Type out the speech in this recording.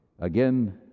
Again